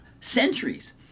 centuries